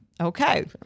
Okay